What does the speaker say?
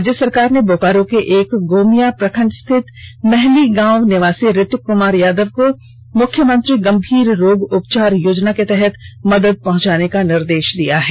राज्य सरकार ने बोकारो के एक गोमिया प्रखण्ड स्थित महली गांव निवासी रितिक कुमार यादव को मुख्यमंत्री गंभीर रोग उपचार योजना के तहत मदद पहुंचाने का निर्देष दिया है